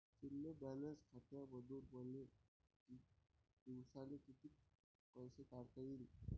शुन्य बॅलन्स खात्यामंधून मले दिवसाले कितीक पैसे काढता येईन?